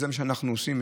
וזה מה שאנחנו עושים.